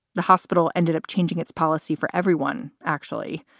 the hospital ended up changing its policy for everyone, actually.